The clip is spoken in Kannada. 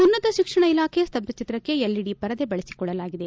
ಉನ್ನತ ಶಿಕ್ಷಣ ಇಲಾಖೆಯ ಸ್ತಬ್ಬ ಚಿತ್ರಕ್ಕೆ ಎಲ್ಇಡಿ ಪರದೆ ಬಳಸಿಕೊಳ್ಳಲಾಗಿದೆ